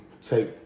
take